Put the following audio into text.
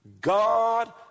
God